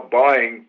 buying